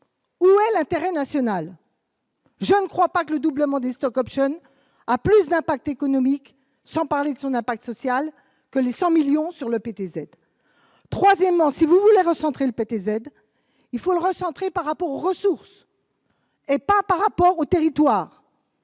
Où est l'intérêt national. Je ne crois pas que le doublement des stock-options à plus d'impact économique sans parler de son impact social que les 100 millions sur le PTZ troisièmement si vous voulez recentrer le PTZ, il faut le recentrer par rapport aux ressources. Et pas par rapport au territoire